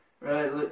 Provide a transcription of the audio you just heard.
right